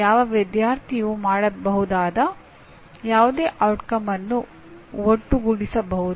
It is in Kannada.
ಯಾವ ವಿದ್ಯಾರ್ಥಿಯು ಮಾಡಬಹುದಾದ ಯಾವುದೇ ಪರಿಣಾಮವನ್ನು ಒಟ್ಟುಗೂಡಿಸಬಹುದು